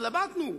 התלבטנו,